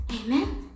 Amen